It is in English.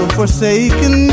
forsaken